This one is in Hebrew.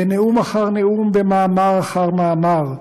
בנאום אחר נאום, במאמר אחר מאמר,